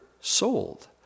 sold